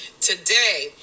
today